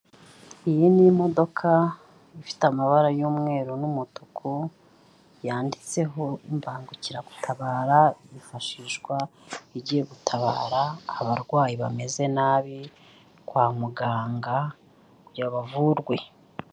Iyi ni imodoka ifite amabara y'umweru n'umutuku yanditseho imbangukiragutabara, yifashishwa igiye gutabara abarwayi bameze nabi kwa muganga kugira bavurwe.